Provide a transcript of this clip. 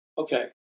Okay